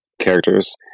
characters